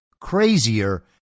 crazier